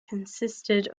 consisted